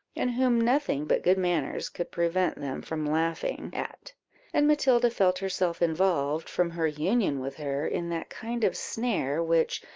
and whom nothing but good manners could prevent them from laughing at and matilda felt herself involved, from her union with her, in that kind of snare which,